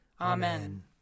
Amen